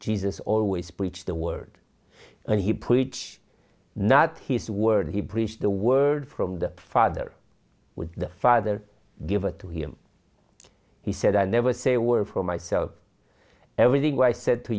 jesus always preached the word and he put each not his word he preached the word from the father with the father give it to him he said i never say a word for myself everything i said to